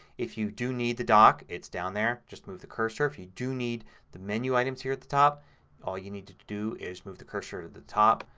if you do need the dock it's down there. just move the cursor. if you do need the menu items here at the top all you need to do is move the cursor to the top.